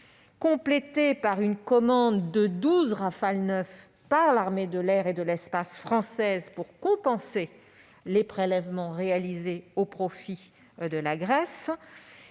complétée par celle de 12 Rafale neufs par l'armée de l'air et de l'espace française pour compenser les prélèvements réalisés au profit de la Grèce,